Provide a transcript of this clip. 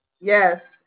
Yes